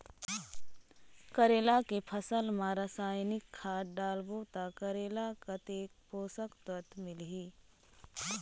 करेला के फसल मा रसायनिक खाद डालबो ता करेला कतेक पोषक तत्व मिलही?